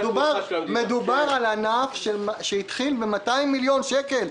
מדובר על ענף שהתחיל ב-200 מיליון שקל.